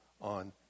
on